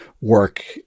work